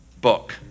book